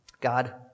God